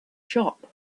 shop